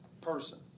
person